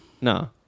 No